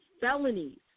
felonies